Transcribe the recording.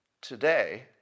today